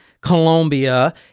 Colombia